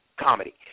comedy